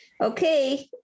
Okay